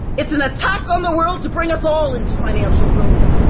it's an attack on the world to bring us all into financial ruin.